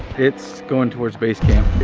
it's going towards base camp.